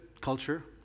culture